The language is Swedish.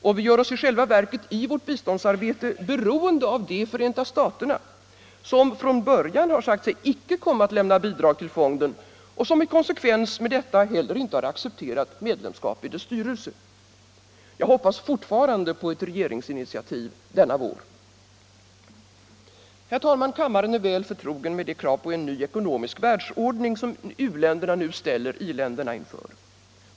Och vi gör oss i själva verket i vårt biståndsarbete beroende av Förenta staterna, som från början sagt sig icke komma att lämna bidrag till fonden och som i konsekvens med detta heller inte har accepterat medlemskap i dess styrelse. Jag hoppas fortfarande på ett regeringsinitiativ denna vår. Herr talman! Kammaren är väl förtrogen med det krav på en ny ekonomisk världsordning som u-länderna nu ställer i-länderna inför.